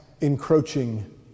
encroaching